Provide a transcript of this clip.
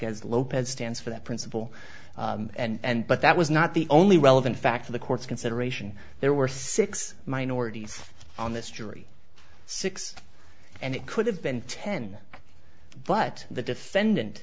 z lopez stands for that principle and but that was not the only relevant fact of the court's consideration there were six minorities on this jury six and it could have been ten but the defendant